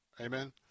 amen